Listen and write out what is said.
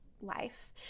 life